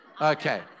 Okay